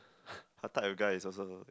her type of guy is also